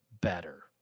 better